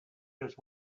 just